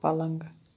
پلنٛگ